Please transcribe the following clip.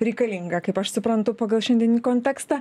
reikalinga kaip aš suprantu pagal šiandienį kontekstą